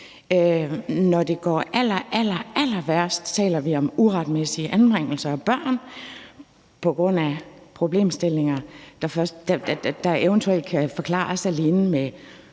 Når det går allerallerværst, taler vi om uretmæssige anbringelser af børn på grund af problemstillinger, der eventuelt kan forklares alene med